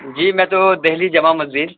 جی میں تو دہلی جامع مسجد